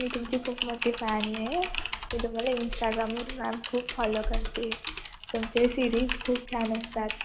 मी तुमची खूप मोठी फॅन आहे मी तुम्हाला इन्स्टाग्रामवर मॅम खूप फॉलो करते तुमचे सिरीज खूप छान असतात